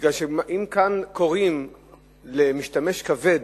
כי אם קוראים "משתמש כבד"